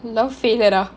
love failure ah